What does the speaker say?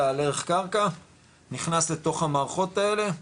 על ערך קרקע נכנס לתוך המערכות האלה,